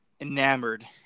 enamored